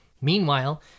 Meanwhile